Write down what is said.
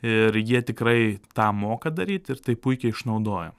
ir jie tikrai tą moka daryt ir tai puikiai išnaudoja